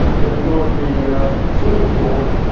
when you go in the swimming pool.